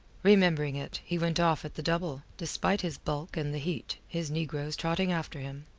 remembering it, he went off at the double, despite his bulk and the heat, his negroes trotting after him.